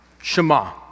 Shema